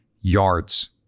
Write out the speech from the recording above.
yards